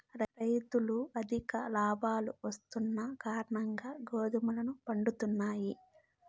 రైతులు అధిక లాభాలు వస్తున్న కారణంగా గోధుమలను పండిత్తున్నారు